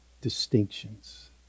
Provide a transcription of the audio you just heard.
distinctions